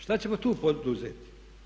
Što ćemo tu poduzeti?